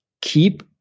keep